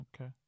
Okay